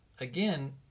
again